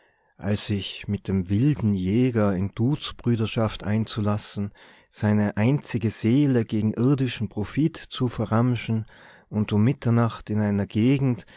als sich mit dem wilden jäger in duzbrüderschaft einzulassen seine einzige seele gegen irdischen profit zu verramschen und um mitternacht in einer gegend